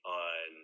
on